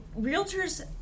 Realtors